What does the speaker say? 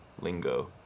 lingo